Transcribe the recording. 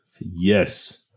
Yes